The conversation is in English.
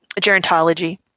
gerontology